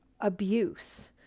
abuse